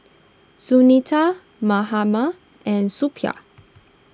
Sunita Mahatma and Suppiah